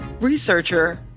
researcher